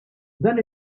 dan